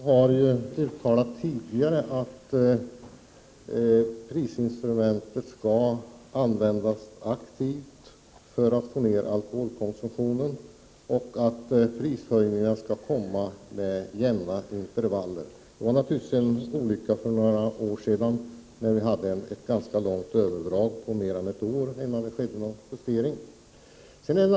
Herr talman! Riksdagen har tidigare uttalat att prisinstrumentet skall användas aktivt för att man skall få ned alkoholkonsumtionen och att prishöjningar skall ske med jämna intervaller. Det var naturligtvis olyckligt att det för några år sedan dröjde mer än ett år innan någon justering skedde.